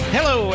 Hello